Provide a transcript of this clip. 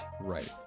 right